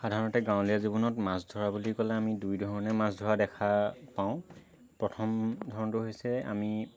সাধাৰণতে গাঁৱলীয়া জীৱনত মাছ ধৰা বুলি ক'লে আমি দুই ধৰণে মাছ ধৰা দেখা পাওঁ প্ৰথম ধৰণটো হৈছে আমি